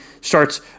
starts